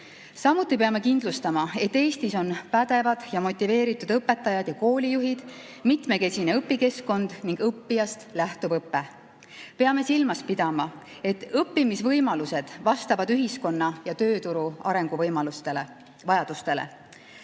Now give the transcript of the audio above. Samuti peame kindlustama, et Eestis on pädevad ja motiveeritud õpetajad ja koolijuhid, mitmekesine õpikeskkond ning õppijast lähtuv õpe. Peame silmas pidama, et õppimisvõimalused vastavad ühiskonna ja tööturu arenguvajadustele.